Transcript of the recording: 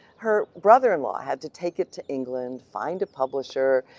her brother in law had to take it to england, find a publisher,